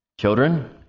Children